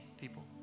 people